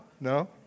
No